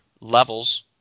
levels